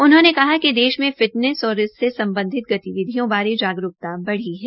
उन्होंने कहा कि देश मे फिटनेस और इससे सम्बधित गतिविधियों बारे जागरूकता बढ़ रही है